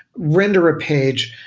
render a page,